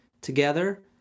together